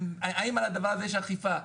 האם על הדבר הזה יש אכיפה?